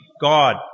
God